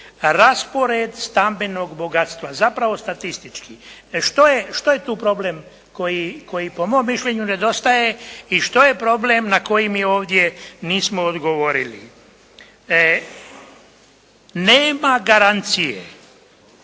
raspored stambenog bogatstva, zapravo statistički. Što je tu problem koji po mom mišljenju nedostaje i što je problem na koji mi ovdje nismo odgovorili? Nema garancije